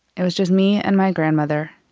it was just me and my grandmother.